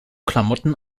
klamotten